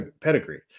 pedigree